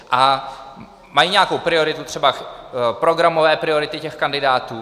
A mají nějakou prioritu, třeba programové priority těch kandidátů.